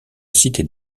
cité